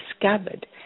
discovered